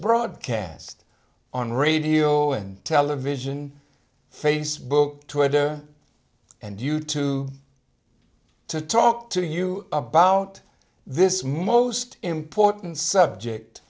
broadcast on radio and television facebook twitter and you to to talk to you about this most important subject